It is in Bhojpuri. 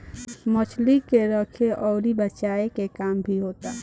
मछली के रखे अउर बचाए के काम भी होता